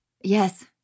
Yes